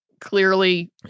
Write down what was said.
clearly